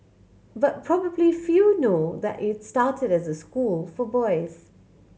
but probably few know that it started as a school for boys